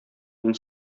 мин